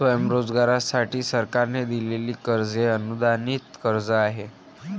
स्वयंरोजगारासाठी सरकारने दिलेले कर्ज हे अनुदानित कर्ज आहे